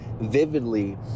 vividly